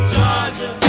Georgia